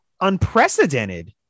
unprecedented